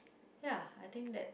ya I think that